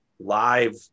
live